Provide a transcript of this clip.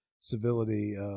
civility